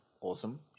awesome